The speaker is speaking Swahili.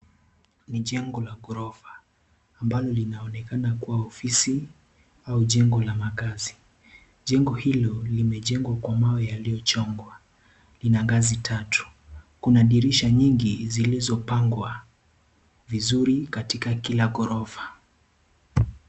Ni jengo la gorofa ambalo linaonekana kuwa ofisi au jengo la makazi, jengo hilo limejengwa kwa mawe yaliyochongwa, lina ngazi tatu, kuna dirisha nyingi zilizopangwa vizuri katika kila gorofa.